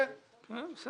אנחנו